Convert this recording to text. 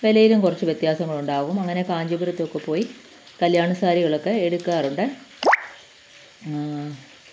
വിലയിലും കുറച്ച് വ്യത്യാസങ്ങളുണ്ടാവും അങ്ങനെ കാഞ്ചീപുരത്തൊക്കെപ്പോയി കല്യാണസാരികളൊക്കെ എടുക്കാറുണ്ട്